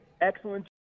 excellent